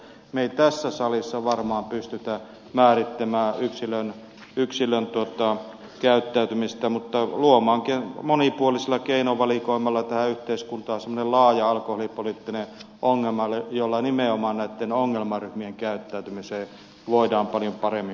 me emme tässä salissa varmaan pysty määrittämään yksilön käyttäytymistä mutta pystymme luomaan monipuolisella keinovalikoimalla tähän yhteiskuntaan semmoisen laajan alkoholipoliittisen ohjelman jolla nimenomaan näitten ongelmaryhmien käyttäytymiseen voidaan paljon paremmin paneutua